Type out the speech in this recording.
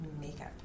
Makeup